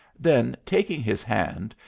then, taking his hand,